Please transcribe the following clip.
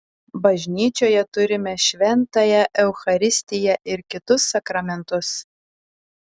bažnyčioje turime šventąją eucharistiją ir kitus sakramentus